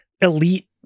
elite